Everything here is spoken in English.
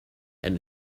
and